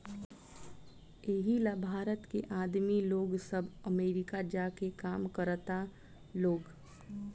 एही ला भारत के आदमी लोग सब अमरीका जा के काम करता लोग